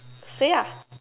say ah